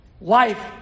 life